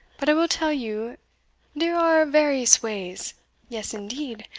but i will tell you dere are various ways yes, indeed,